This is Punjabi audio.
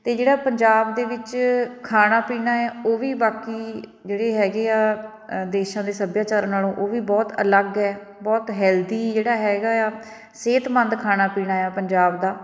ਅਤੇ ਜਿਹੜਾ ਪੰਜਾਬ ਦੇ ਵਿੱਚ ਖਾਣਾ ਪੀਣਾ ਹੈ ਉਹ ਵੀ ਬਾਕੀ ਜਿਹੜੇ ਹੈਗੇ ਆ ਦੇਸ਼ਾਂ ਦੇ ਸੱਭਿਆਚਾਰ ਨਾਲੋਂ ਉਹ ਵੀ ਬਹੁਤ ਅਲੱਗ ਹੈ ਬਹੁਤ ਹੈਲਦੀ ਜਿਹੜਾ ਹੈਗਾ ਹੈ ਆ ਸਿਹਤਮੰਦ ਖਾਣਾ ਪੀਣਾ ਆ ਪੰਜਾਬ ਦਾ